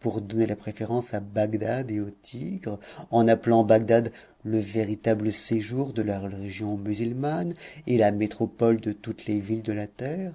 pour donner la préférence à bagdad et au tigre en appelant bagdad le véritable séjour de la religion musulmane et la métropole de toutes les villes de la terre